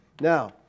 Now